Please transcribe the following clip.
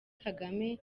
kagame